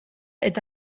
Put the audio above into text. eta